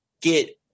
get